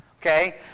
Okay